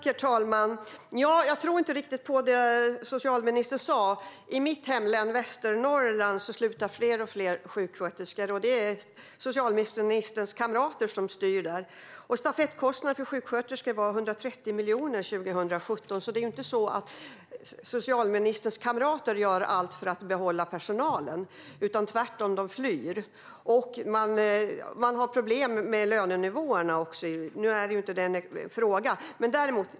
Herr talman! Nja, jag tror inte riktigt på det som socialministern sa. I mitt hemlän, Västernorrland, slutar fler och fler sjuksköterskor. Det är socialministerns kamrater som styr där. Stafettkostnaderna för sjuksköterskor var 130 miljoner 2017, så det är ju inte så att socialministerns kamrater gör allt för att behålla personal. Tvärtom flyr personalen. Dessutom har man problem med lönenivåerna, men det är ju inte min fråga.